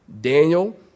Daniel